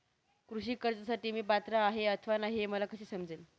कृषी कर्जासाठी मी पात्र आहे अथवा नाही, हे मला कसे समजेल?